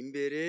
Imbere